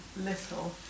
little